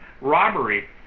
robbery